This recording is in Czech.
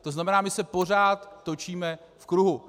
To znamená, my se pořád točíme v kruhu.